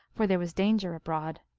for there was danger abroad,